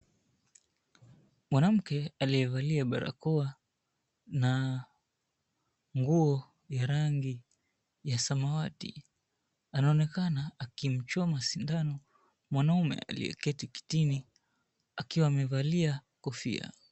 Mwanamke aliyevalia barakoa na nguo ya rangi ya samawati anaonekana akimchoma sindano mwanaume aliyeketi kitini akiwa amevalia kofia.